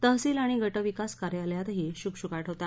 तहसील आणि गटविकास कार्यालयातही शुकशुकाट होता